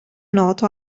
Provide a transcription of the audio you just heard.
noto